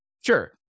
Sure